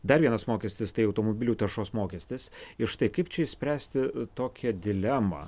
dar vienas mokestis tai automobilių taršos mokestis ir štai kaip čia išspręsti tokią dilemą